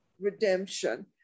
redemption